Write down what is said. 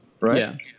right